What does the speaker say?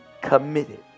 committed